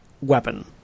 weapon